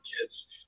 kids